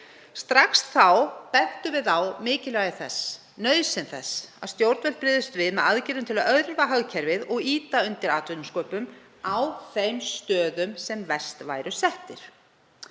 Strax þá bentum við á mikilvægi og nauðsyn þess að stjórnvöld brygðust við með aðgerðum til að örva hagkerfið og ýta undir atvinnusköpun á þeim stöðum sem verst væru settir.